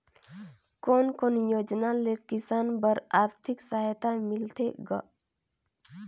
कोन कोन योजना ले किसान बर आरथिक सहायता मिलथे ग?